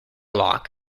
loch